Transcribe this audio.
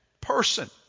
person